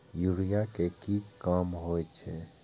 Urea के की काम होई छै?